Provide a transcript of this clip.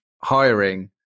hiring